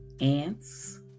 Ants